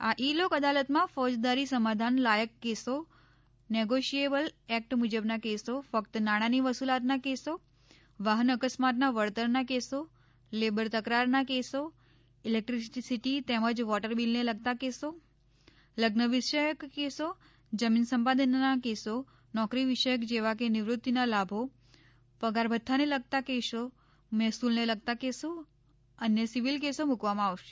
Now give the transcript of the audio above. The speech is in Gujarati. આ ઈ લોક અદાલતમાં ફોજદારી સમાધાન લાયક કેસો નેગોશિયેબલ એક્ટ મુજબના કેસો ફક્ત નાણાની વસૂલાતના કેસો વાફન અકસ્માતના વળતરના કેસો લેબર તકરારના કેસો ઈલેક્ટ્રેસિટી તેમજ વોટર બિલને લગતા કેસો લઝન વિષયક કેસો જમીન સંપાદનના કેસો નોકરી વિષયક જેવા કે નિવૃતિના લાભો પગારભથ્થાને લગતા કેસો મહેસૂલને લગતા કેસો અન્ય સિવીલ કેસો મૂકવામાં આવશે